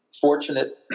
fortunate